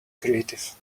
creative